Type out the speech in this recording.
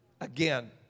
again